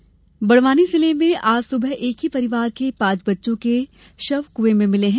दुर्घटना मौत बड़वानी जिले में आज सुबह एक ही परिवार के पांच बच्चों के शव कुएं में मिले हैं